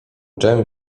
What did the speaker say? dżem